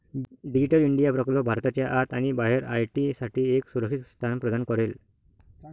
digital India प्रकल्प भारताच्या आत आणि बाहेर आय.टी साठी एक सुरक्षित स्थान प्रदान करेल